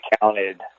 counted